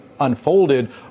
unfolded